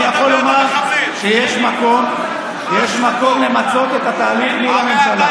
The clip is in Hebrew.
אני יכול לומר שיש מקום למצות את התהליך מול הממשלה.